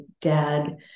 dad